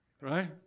right